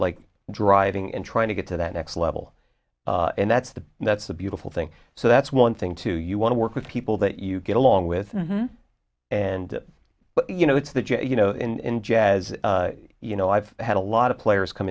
like driving and trying to get to that next level and that's the that's the beautiful thing so that's one thing too you want to work with people that you get along with and you know it's that you know in jazz you know i've had a lot of players come